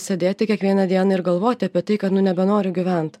sėdėti kiekvieną dieną ir galvoti apie tai kad nu nebenoriu gyvent